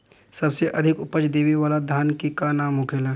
सबसे अधिक उपज देवे वाला धान के का नाम होखे ला?